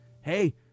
Hey